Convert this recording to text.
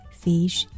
fish